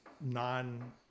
non